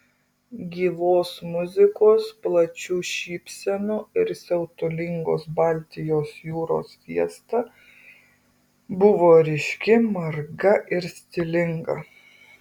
gyvos muzikos plačių šypsenų ir siautulingos baltijos jūros fiesta buvo ryški marga ir stilinga